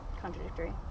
contradictory